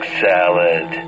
salad